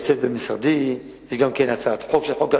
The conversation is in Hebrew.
יש צוות במשרדי, ויש גם הצעת חוק ההגירה.